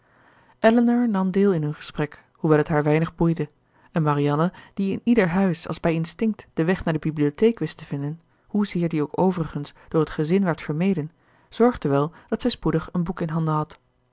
elinor nam deel in hun gesprek hoewel het haar weinig boeide en marianne die in ieder huis als bij instinct den weg naar de bibliotheek wist te vinden hoezeer die ook overigens door het gezin werd vermeden zorgde wel dat zij spoedig een boek in handen had